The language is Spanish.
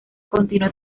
continuó